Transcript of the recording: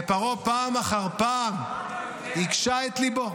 ופרעה פעם אחר פעם הקשה את ליבו,